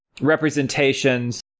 representations